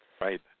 Right